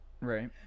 right